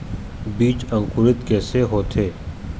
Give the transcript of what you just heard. बीज अंकुरित कैसे होथे?